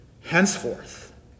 Henceforth